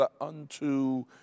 unto